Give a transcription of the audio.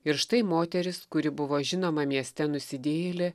ir štai moteris kuri buvo žinoma mieste nusidėjėlė